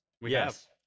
Yes